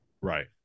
Right